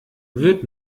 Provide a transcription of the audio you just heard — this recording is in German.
wird